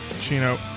Chino